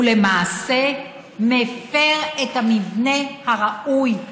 ולמעשה מפר את המבנה הראוי,